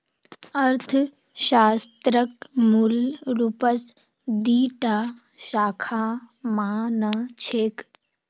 अर्थशास्त्रक मूल रूपस दी टा शाखा मा न छेक